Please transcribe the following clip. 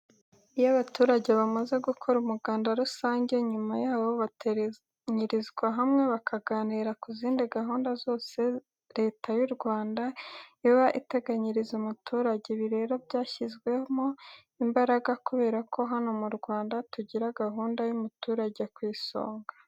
Iyo abaturage bamaze gukora umuganda rusange, nyuma yawo bateranyirizwa hamwe bakaganira ku zindi gahunda zose Leta y'u Rwanda iba iteganyiriza umuturage. Ibi rero byashyizwemo imbaraga, kubera ko hano mu Rwanda tugira gahunda y'umuturage ku isonga.